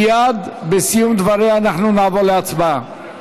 מייד בסיום דבריה אנחנו נעבור להצבעה.